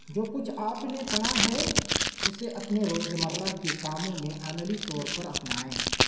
جو کچھ آپ نے پڑھا ہے اسے اپنے روز مرہ کے کاموں میں عملی طور پر اپنائیں